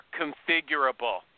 configurable